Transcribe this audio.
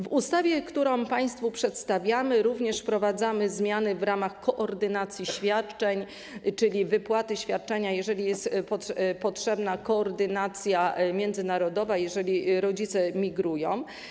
W ustawie, którą państwu przedstawiamy, również wprowadzamy zmiany w ramach koordynacji świadczeń, czyli wypłaty świadczenia, jeżeli jest potrzebna koordynacja międzynarodowa, jeżeli rodzice migrują.